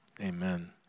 Amen